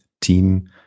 team